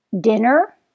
dinner